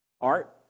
Art